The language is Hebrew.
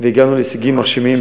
הסחר בנשים והגענו להישגים מרשימים.